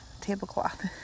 tablecloth